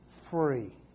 free